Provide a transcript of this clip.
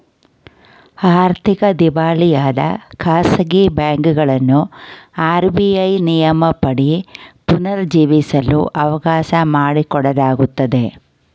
ಆರ್ಥಿಕ ದಿವಾಳಿಯಾದ ಖಾಸಗಿ ಬ್ಯಾಂಕುಗಳನ್ನು ಆರ್.ಬಿ.ಐ ನಿಯಮದಡಿ ಪುನರ್ ಜೀವಿಸಲು ಅವಕಾಶ ಮಾಡಿಕೊಡಲಾಗುತ್ತದೆ